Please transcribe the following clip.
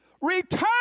Return